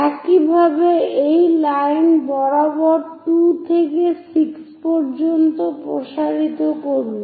একইভাবে এই লাইন বরাবর 2 থেকে 6 পর্যন্ত প্রসারিত করুন